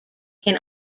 can